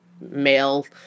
male